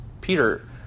Peter